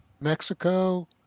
Mexico